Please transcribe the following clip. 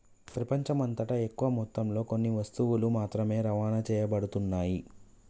ప్రపంచమంతటా ఎక్కువ మొత్తంలో కొన్ని వస్తువులు మాత్రమే రవాణా చేయబడుతున్నాయి